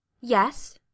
yes